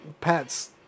pets